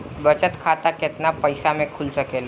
बचत खाता केतना पइसा मे खुल सकेला?